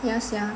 ya sia